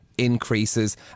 increases